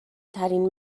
ترین